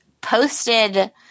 posted